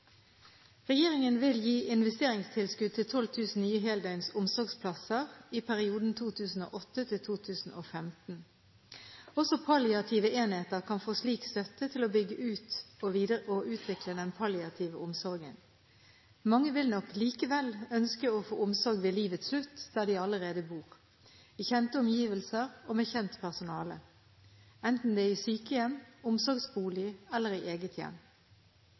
Regjeringen vil gi investeringstilskudd til 12 000 nye heldøgns omsorgsplasser i perioden 2008–2015. Også palliative enheter kan få slik støtte til å bygge ut og utvikle den palliative omsorgen. Mange vil nok likevel ønske å få omsorg ved livets slutt der de allerede bor, i kjente omgivelser og med kjent personale, enten det er i sykehjem, omsorgsbolig eller i eget